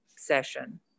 session